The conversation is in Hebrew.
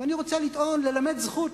ואני רוצה ללמד זכות,